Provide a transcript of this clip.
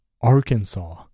Arkansas